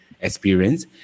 experience